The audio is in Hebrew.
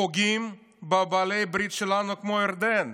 פוגעים בבעלי הברית שלנו, כמו ירדן.